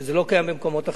וזה לא קיים במקומות אחרים,